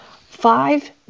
Five